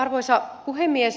arvoisa puhemies